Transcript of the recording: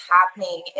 happening